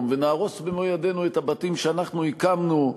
ונהרוס במו-ידינו את הבתים שאנחנו הקמנו,